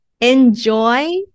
Enjoy